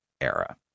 era